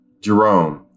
Jerome